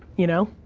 you know?